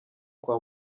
kwa